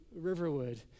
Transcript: Riverwood